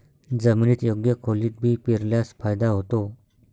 जमिनीत योग्य खोलीत बी पेरल्यास फायदा होतो